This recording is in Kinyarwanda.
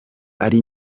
ari